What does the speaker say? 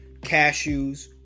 cashews